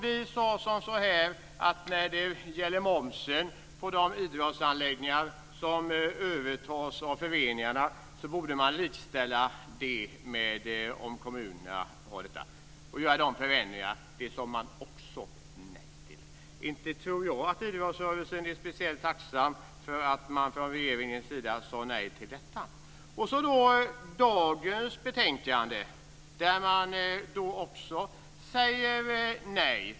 Vi sade också att man borde likställa momsen på de idrottsanläggningar som övertas av föreningarna med dem som kommunerna har. Det sade man också nej till. Inte tror jag att idrottsrörelsen är speciellt tacksam för att regeringen sade nej till detta. I dagens betänkande säger man också nej.